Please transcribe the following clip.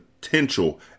potential